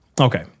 Okay